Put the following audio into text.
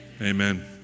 amen